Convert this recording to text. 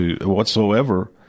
whatsoever